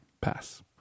Pass